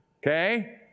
okay